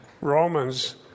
Romans